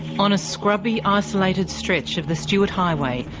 on a scrubby, isolated stretch of the stuart highway,